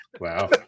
Wow